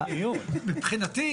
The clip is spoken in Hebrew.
מבחינתי,